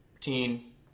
teen